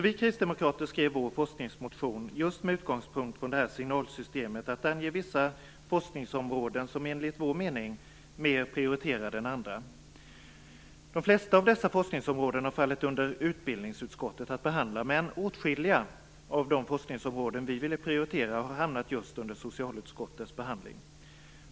Vi kristdemokrater skrev vår forskningsmotion just med utgångspunkt i detta signalsystem att ange vissa forskningsområden som, enligt vår mening, mer prioriterade än andra. De flesta av dessa forskningsområden har fallit under utbildningsutskottet att behandla, men åtskilliga av de forskningsområden som vi ville prioritera har hamnat just under socialutskottets behandling.